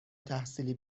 تحصیلی